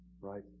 right